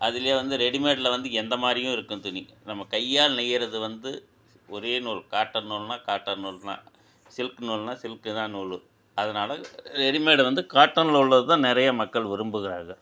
அதுலையே வந்து ரெடிமேட்டில வந்து எந்த மாதிரியும் இருக்கும் துணி நம்ம கையால் நெய்யிறது வந்து ஒரே நூல் காட்டன் நூல்னா காட்டன் நூல்னா சில்க் நூல்னா சில்க்கு தான் நூல் அதனால ரெடிமேடு வந்து காட்டனில் உள்ளது தான் நிறைய மக்கள் விரும்புகிறாங்க